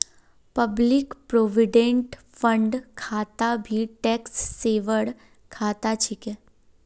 public provident fund खाता भी tax saver खाता छिके